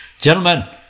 Gentlemen